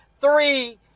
three